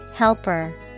Helper